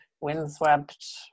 windswept